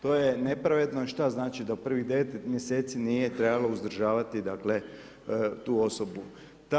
To je nepravedno i šta znači da u prvih 9 mjeseci nije trebalo uzdržavati dakle tu osobu?